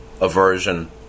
aversion